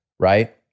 right